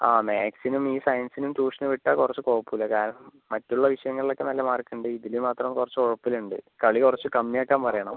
ആ മാത്സിനും ഈ സയൻസിനും ട്യൂഷന് വിട്ടാൽ കുറച്ച് കുഴപ്പം ഇല്ല കാരണം മറ്റുള്ള വിഷയങ്ങളിൽ ഒക്കെ നല്ല മാർക്ക് ഉണ്ട് ഇതിൽ മാത്രം കുറച്ച് ഉഴപ്പൽ ഉണ്ട് കളി കുറച്ച് കമ്മി ആക്കാൻ പറയണം